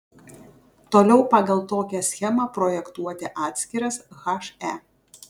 toliau pagal tokią schemą projektuoti atskiras he